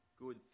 good